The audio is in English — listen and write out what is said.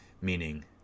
Meaning